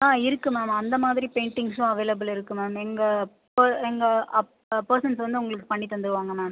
ஆ இருக்கு மேம் அந்த மாதிரி பெயிண்டிங்ஸும் அவைலபில் இருக்கு மேம் எங்கள் ப எங்கள் பெர்சன்ஸ் வந்து உங்களுக்கு பண்ணித் தந்துருவாங்க மேம்